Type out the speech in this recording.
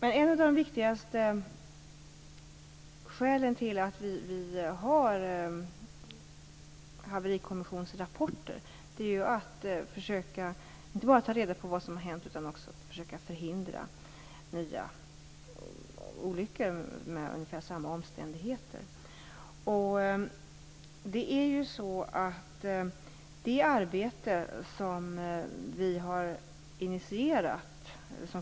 Ett av de viktigaste skälen till att vi har haverikommissionsrapporter är ju inte bara att försöka ta reda på vad som har hänt utan att också försöka förhindra nya olyckor under ungefär samma omständigheter.